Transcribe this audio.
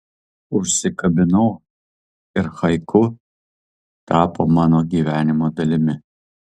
užsikabinau ir haiku tapo mano gyvenimo dalimi